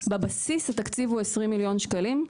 בבסיס התקציב הוא 20 מיליון שקלים.